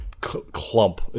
clump